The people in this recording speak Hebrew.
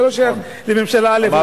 וזה לא שייך לממשלה א',